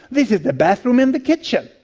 this is the bathroom and the kitchen.